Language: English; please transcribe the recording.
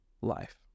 life